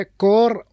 core